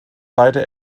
beide